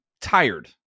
tired